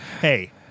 Hey